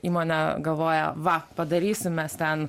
įmonė galvoja va padarysim mes ten